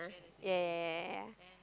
yea yea yea yea yea